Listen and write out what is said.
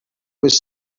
was